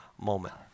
moment